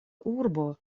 urbo